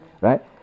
Right